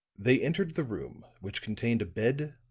they entered the room, which contained a bed,